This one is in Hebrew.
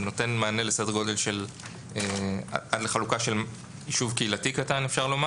אפשר לומר שזה נותן מענה לחלוקה של יישוב קהילתי קטן.